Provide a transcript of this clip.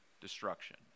destruction